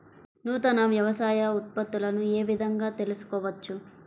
నూతన వ్యవసాయ ఉత్పత్తులను ఏ విధంగా తెలుసుకోవచ్చు?